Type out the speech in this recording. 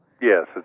Yes